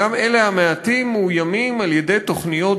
וגם אלה המעטים מאוימים על-ידי תוכניות